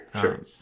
sure